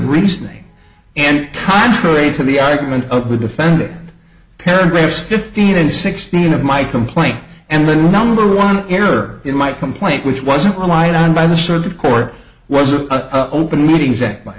reasoning and contrary to the argument of the defendant paragraphs fifteen and sixteen of my complaint and the number one error in my complaint which wasn't on my own by the sort of core was a open meetings